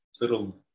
little